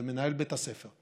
זה מנהל בית הספר.